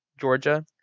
Georgia